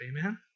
amen